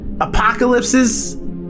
apocalypses